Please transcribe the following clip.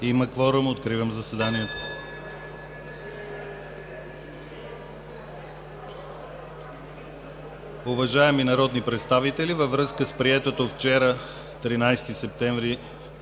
Има кворум, откривам заседанието. (Звъни.) Уважаеми народни представители, във връзка с приетото вчера, 13 септември